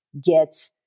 get